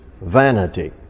vanity